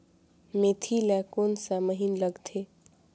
मेंथी ला कोन सा महीन लगथे?